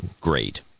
great